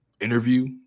interview